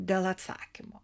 dėl atsakymo